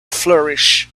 flourish